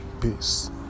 Peace